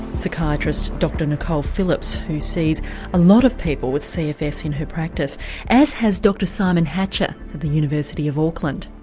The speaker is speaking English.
psychiatrist dr nicole phillips who sees a lot of people with cfs in her practice as has dr simon hatcher at the university of auckland.